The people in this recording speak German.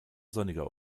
sonniger